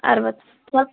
ಅರವತ್ತಾ